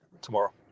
tomorrow